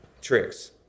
tricks